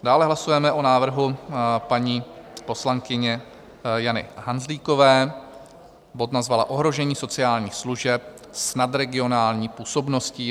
Dále hlasujeme o návrhu paní poslankyně Jany Hanzlíkové, bod nazvala Ohrožení sociálních služeb s nadregionální působností.